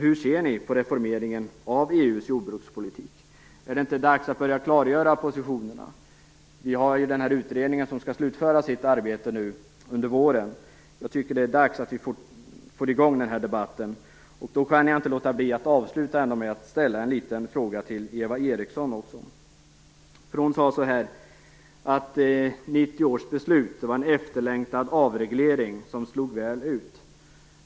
Hur ser ni på reformeringen av EU:s jordbrukspolitik? Är det inte dags att börja klargöra positionerna? Vi har ju den här utredningen, som skall slutföra sitt arbete under våren, och jag tycker att det är dags att vi får i gång den debatten. Jag kan inte låta bli att sluta med att ställa en fråga till Eva Eriksson också. Hon sade att 1990 års beslut var en efterlängtad avreglering, som slog väl ut.